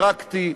פרקטי,